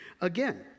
Again